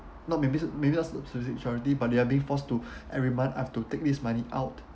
not be~ because specific charity but they are being forced to every month have to take this money out